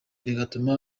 bigatuma